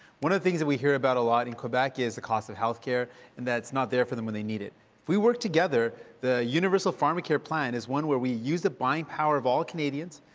one of the things we hear about a lot in quebec is the cost of health care and that it's not there for them when they need it. if we work together, the universal pharmacare plan is one where we use the buying power of all canadians,